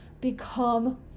become